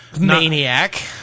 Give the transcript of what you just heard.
Maniac